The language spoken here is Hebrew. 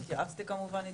התייעצתי כמובן איתם,